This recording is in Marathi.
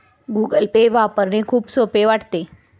गूगल पे वापरणे खूप सोपे वाटते